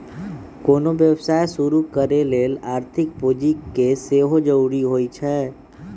कोनो व्यवसाय शुरू करे लेल आर्थिक पूजी के सेहो जरूरी होइ छै